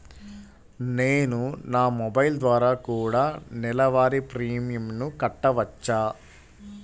నేను నా మొబైల్ ద్వారా కూడ నెల వారి ప్రీమియంను కట్టావచ్చా?